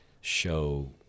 show